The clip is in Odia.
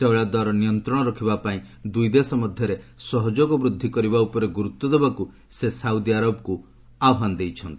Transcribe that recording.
ତୈଳଦର ନିୟନ୍ତ୍ରଣ ରଖିବା ପାଇଁ ଦୁଇଦେଶ ମଧ୍ୟରେ ସହଯୋଗ ବୃଦ୍ଧି କରିବା ଉପରେ ଗୁରୁତ୍ୱ ଦେବାକୁ ସେ ସାଉଦି ଆରବକୁ ଆହ୍ପାନ କରିଛନ୍ତି